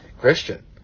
christian